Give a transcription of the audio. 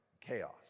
chaos